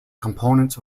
components